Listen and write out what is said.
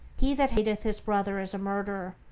he that hateth his brother is a murderer,